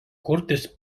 kurtis